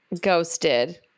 Ghosted